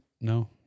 No